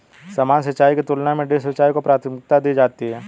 सामान्य सिंचाई की तुलना में ड्रिप सिंचाई को प्राथमिकता दी जाती है